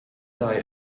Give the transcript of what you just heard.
daher